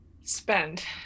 Spend